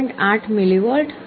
8 millivolt હશે